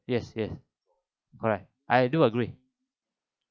yes yes correct I do agree